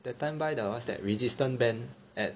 that time buy the what's that resistance band at